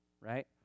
right